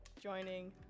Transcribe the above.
joining